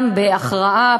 גם בהכרעה פה-אחד,